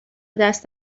دست